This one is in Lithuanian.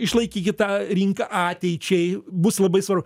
išlaikykit tą rinką ateičiai bus labai svarbu